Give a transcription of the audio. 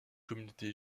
communauté